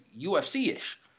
UFC-ish